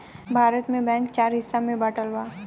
भारत में बैंक चार हिस्सा में बाटल बा